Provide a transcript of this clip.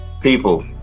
People